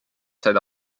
said